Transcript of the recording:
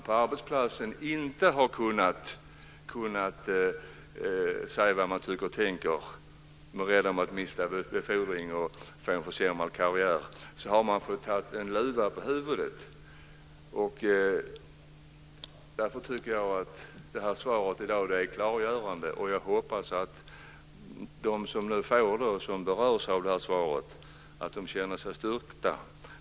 På arbetsplatsen har de inte kunnat säga vad de tycker och tänker på grund av att de har varit rädda för att gå miste om befordran eller för att få en försämrad karriär. Då har de fått dra en luva över huvudet. Jag tycker att ministerns svar i dag var klargörande, och jag hoppas att de som berörs av det känner sig styrkta.